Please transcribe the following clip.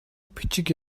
бичиг